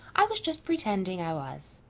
i was just pretending i was.